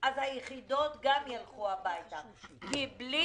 אז היחידות גם ילכו הביתה כי בלי